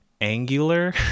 angular